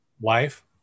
Wife